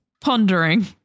pondering